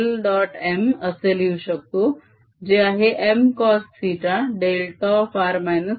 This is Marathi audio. M असे लिहू शकतो जे आहे Mcosθδr R